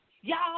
Y'all